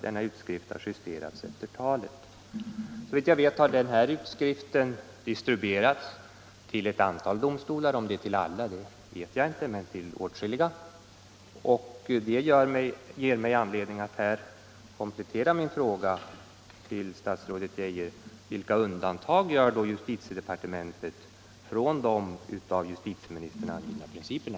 Denna utskrift har justerats efter talet.” Såvitt jag vet har denna utskrift distribuerats till ett antal domstolar = om det är till alla vet jag inte, men det är till åtskilliga. Det ger mig anledning att här komplettera min fråga till statsrådet Geijer: Vilka undantag gör justitiedepartementet från de av justitieministern angivna principerna?